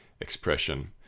expression